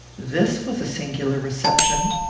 this was a singular reception.